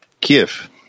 Kiev